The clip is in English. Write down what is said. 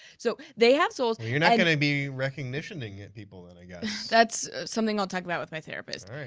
so they have souls you're not going to be recongitioning and people then i guess. that's something i'll talk about with my therapist.